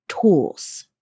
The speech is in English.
tools